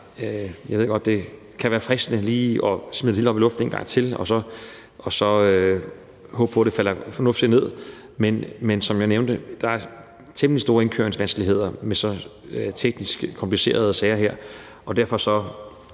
jeg ved godt, det kan være fristende lige at smide det hele op i luften en gang til og håbe på, at det falder fornuftigt ned, men som jeg nævnte, er der i forhold til sådanne omvæltninger temmelig store indkøringsvanskeligheder med så teknisk komplicerede sager her, og derfor kunne